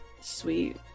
Sweet